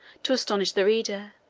to astonish the reader,